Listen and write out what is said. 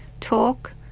talk